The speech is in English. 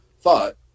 thought